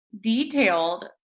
detailed